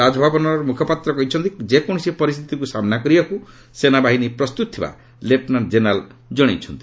ରାଜଭବନର କଣେ ମୁଖପାତ୍ର କହିଛନ୍ତି ଯେକୌଣସି ପରିସ୍ଥିତିକୁ ସାମ୍ନା କରିବାକୁ ସେନାବାହିନୀ ପ୍ରସ୍ତୁତ ଥିବା ଲେଫ୍ଟନାଣ୍ଟ ଜେନେରାଲ ଜଣାଇଛନ୍ତି